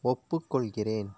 ஒப்புக்கொள்கிறேன்